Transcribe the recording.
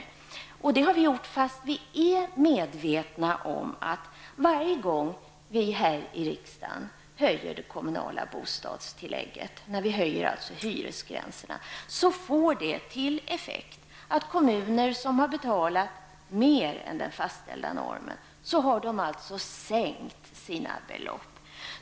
Vi har lagt fram detta förslag trots att vi är medvetna om att varje gång riksdagen beslutar om en höjning av det kommunala bostadstillägget, dvs. när hyresgränserna höjs, får detta till följd att kommuner som har betalat ut mer än den fastställa normen sänker bidragen.